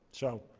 so,